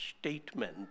statement